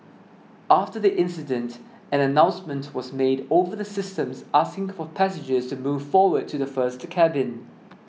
after the incident an announcement was made over the systems asking for passengers to move forward to the first cabin